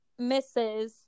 Mrs